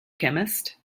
chemist